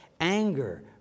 anger